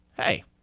hey